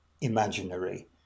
imaginary